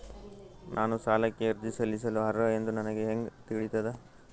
ನಾನು ಸಾಲಕ್ಕೆ ಅರ್ಜಿ ಸಲ್ಲಿಸಲು ಅರ್ಹ ಎಂದು ನನಗೆ ಹೆಂಗ್ ತಿಳಿತದ?